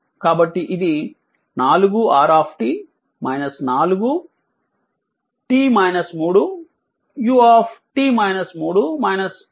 కాబట్టి ఇది 4 r 4 u 12 u అవుతుంది